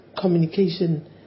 communication